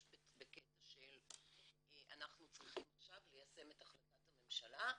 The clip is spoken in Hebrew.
בקטע של אנחנו צריכים עכשיו ליישם את החלטת הממשלה,